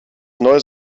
neues